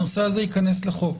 הנושא הזה ייכנס לחוק.